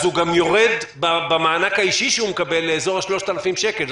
אז הוא גם יורד במענק האישי שהוא מקבל לאזור ה-3,000 שקל.